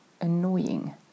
annoying